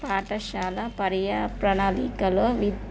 పాఠశాల పర్యాప్రణాళికలో విద్